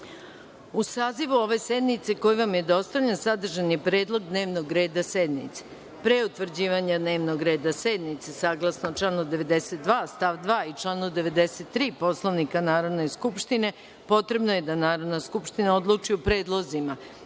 sazivu ove sednice, koji vam je dostavljen, sadržan je predlog dnevnog reda sednice. Pre utvrđivanja dnevnog reda sednice, saglasno članu 92. stav 2. i članu 93. Poslovnika Narodne skupštine, potrebno je da Narodna skupština odluči o predlozima